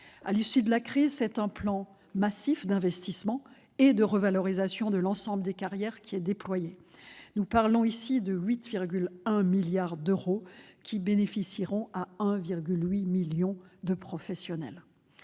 À l'issue de la crise, c'est un plan massif d'investissement et de revalorisation de l'ensemble des carrières qui est déployé. Nous parlons ici de 8,1 milliards d'euros qui bénéficieront à 1,8 million de professionnels.